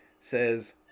says